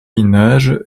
nage